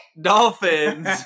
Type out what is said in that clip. Dolphins